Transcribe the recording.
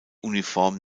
uniform